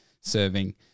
serving